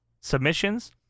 submissions